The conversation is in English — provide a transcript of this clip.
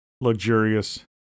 luxurious